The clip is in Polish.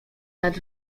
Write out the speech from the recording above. nad